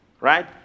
right